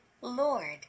Lord